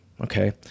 okay